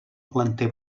planter